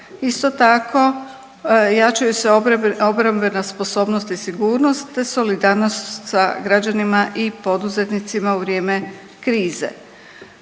Isto tako jačaju se obrambena sposobnost i sigurnost, te solidarnost sa građanima i poduzetnicima u vrijeme krize.